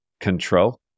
control